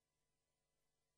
האבסורד